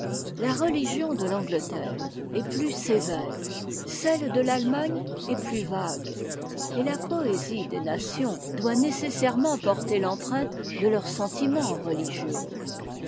la religion de ang eterre est plus sévère celle de l'allemagne est plus vague et a poésie des nations doit nécessairement porter l'empreinte de leurs sentiments religieux